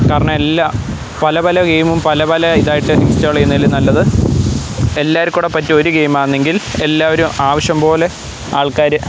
കാരണം എല്ലാ പല പല ഗെയിമും പല പല ഇതായിട്ട് ഇൻസ്റ്റാൾ ചെയ്യുന്നതിലും നല്ലത് എല്ലാവർക്കും കൂടെ പറ്റിയ ഒരു ഗെയിം ആണെങ്കിൽ എല്ലാവരും ആവശ്യം പോലെ ആൾക്കാർ